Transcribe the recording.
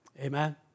Amen